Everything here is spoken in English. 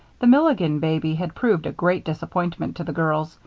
the milligan baby had proved a great disappointment to the girls,